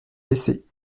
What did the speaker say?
blessés